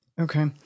Okay